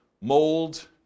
mold